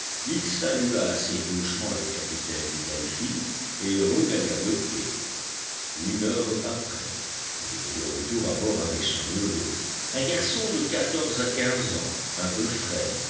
il salua assez gauchement le capitaine du delphin et regagna le quai une heure après il était de retour à bord avec son neveu un garçon de quatorze à quinze ans un peu frêle